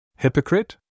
Hypocrite